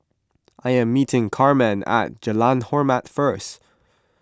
I am meeting Carmen at Jalan Hormat first